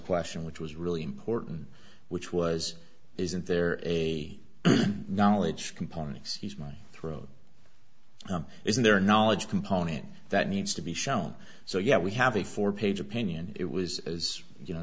question which was really important which was isn't there a knowledge components he's my throat isn't there a knowledge component that needs to be shown so yeah we have a four page opinion it was as you know